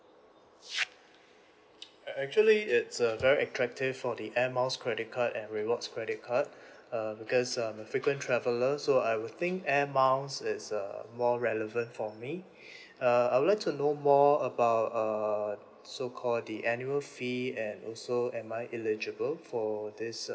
uh actually it's uh very attractive for the air miles credit card and rewards credit card uh because I'm a frequent traveller so I would think air miles is uh more relevant for me uh I would like to know more about err so called the annual fee and also am I eligible for this